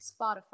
Spotify